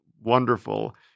wonderful